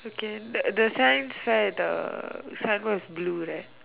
okay the the science fair the sign board is blue right